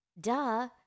Duh